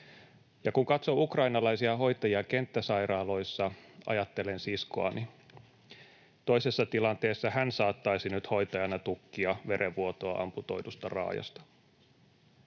Ja kun katson ukrainalaisia hoitajia kenttäsairaaloissa, ajattelen siskoani: toisessa tilanteessa hän saattaisi nyt hoitajana tukkia verenvuotoa amputoidusta raajasta.